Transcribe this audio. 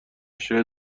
شاید